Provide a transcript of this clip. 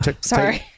Sorry